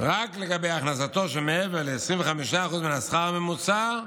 לגבי הכנסתו שמעבר ל-25% מעל השכר הממוצע,